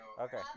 Okay